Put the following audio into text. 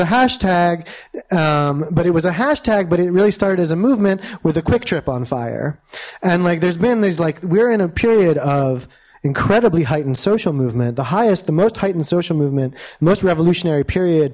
hashtag but it was a hashtag but it really started as a movement with a quick trip on fire and like there's been these like we're in a period of incredibly heightened social movement the highest the most heightened social movement most revolutionary period